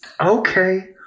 Okay